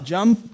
Jump